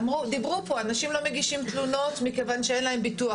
אמרו פה: אנשים לא מגישים תלונות מכיוון שאין להם ביטוח.